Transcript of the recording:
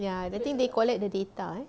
ya nanti they collect the data eh